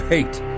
Hate